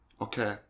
okay